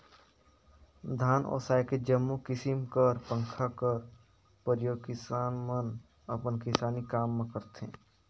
धान ओसाए के जम्मो किसिम कर पंखा कर परियोग किसान मन अपन किसानी काम मे करथे